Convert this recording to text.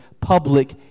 public